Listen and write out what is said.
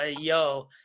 yo